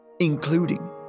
including